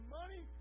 money